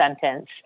sentence